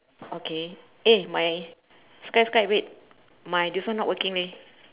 okay eh my sky sky wait my this one not working leh